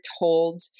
told